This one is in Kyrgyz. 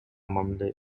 мамиле